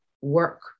work